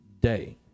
day